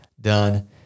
done